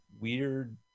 weird